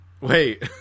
Wait